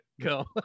Go